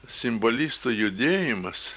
simbolistų judėjimas